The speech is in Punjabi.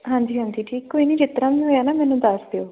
ਹਾਂਜੀ ਹਾਂਜੀ ਠੀਕ ਕੋਈ ਨਹੀਂ ਜਿਸ ਤਰ੍ਹਾਂ ਵੀ ਹੋਇਆ ਨਾ ਮੈਨੂੰ ਦੱਸ ਦਿਓ